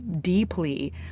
deeply